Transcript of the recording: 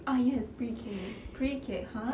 ah yes pre K pre K !huh!